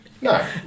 No